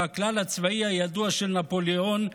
והכלל הצבאי הידוע של נפוליאון,